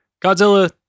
Godzilla